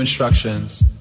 instructions